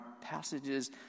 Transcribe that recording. passages